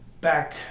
back